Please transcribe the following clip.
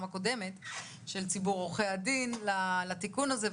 הקודמת של ציבור עורכי הדין לתיקון הזה,